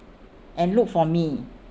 and look for me